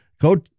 Go